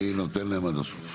אני נותן להם עד הסוף.